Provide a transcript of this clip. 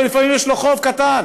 ולפעמים יש לו חוב קטן,